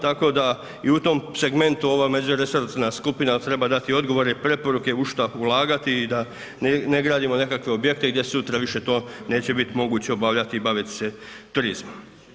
Tako da i u tom segmentu ova međuresorna skupina treba dati odgovore i preporuke u šta ulagati i da ne gradimo nekakve objekte gdje sutra više to neće biti moguće obavljati i baviti se turizmom.